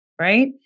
Right